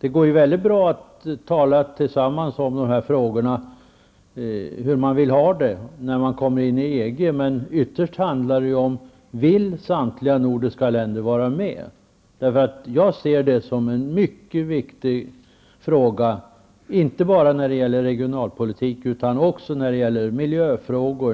Det går bra att tillsammans diskutera hur man vill ha det när man kommer in i EG, men ytterst handlar det ju om huruvida samtliga nordiska länder vill vara med. Detta är enligt min uppfattning en mycket viktig fråga, inte bara när det gäller regionalpolitik utan också när det gäller miljöfrågor